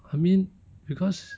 I mean because